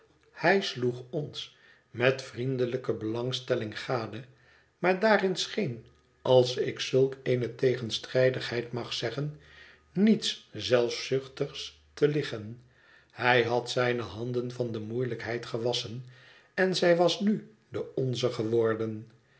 hij sloeg ons met vriendelijke belangstelling gade maar daarin scheen als ik zulk eene tegenstrijdigheid mag zeggen niets zelfzuchtigs te liggen hij had zijne handen van de moeielijkheid gewasschen en zij was nu de onze geworden